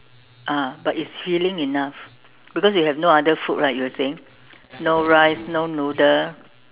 ah but it's healing enough because we have no other food right you were saying no rice no noodle